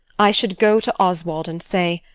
i should go to oswald and say,